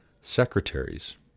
secretaries